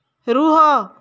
ରୁହ